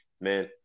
man